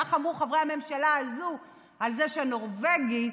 כך אמרו חברי הממשלה הזו על זה שהנורבגי,